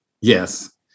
Yes